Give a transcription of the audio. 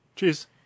Cheers